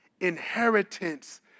inheritance